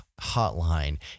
Hotline